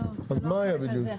מה היה בדיוק?